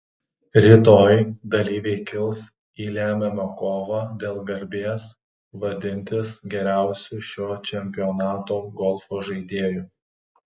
rytoj dalyviai kils į lemiamą kovą dėl garbės vadintis geriausiu šio čempionato golfo žaidėju